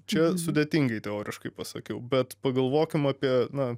čia sudėtingai teoriškai pasakiau bet pagalvokim apie na